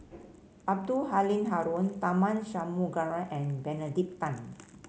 Abdul Halim Haron Tharman Shanmugaratnam and Benedict Tan